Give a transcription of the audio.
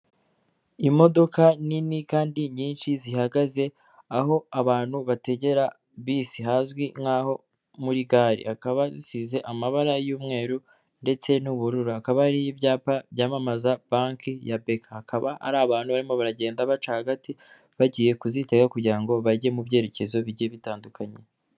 Imodoka nini kandi nyinshi zihagaze aho abantu bategera bisi hazwi nkaho muri gare. Akaba zisize amabara y'umweru ndetse n'ubururu. Hakaba hariho ibyapa byamamaza banki ya beka. Hakaba hari abantu barimo baragenda baca hagati bagiye kuzitega ngo bajye mu byerekezo bijyiye bitandukanye.